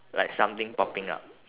like something popping up